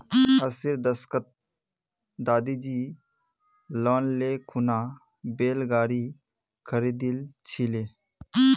अस्सीर दशकत दादीजी लोन ले खूना बैल गाड़ी खरीदिल छिले